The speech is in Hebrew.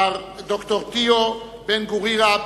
ד"ר תיאו בן גורירב